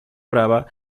brava